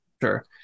Sure